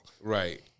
Right